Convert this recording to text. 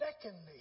Secondly